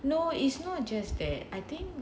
no it's not just that I think